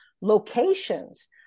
locations